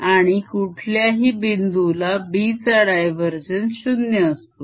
आणि कुठल्याही बिंदू ला B चा divergence 0 असतो